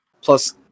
Plus